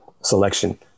selection